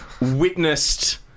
witnessed